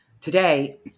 Today